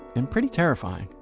and pretty terrifying.